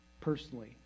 personally